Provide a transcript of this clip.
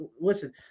listen